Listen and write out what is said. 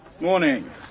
Morning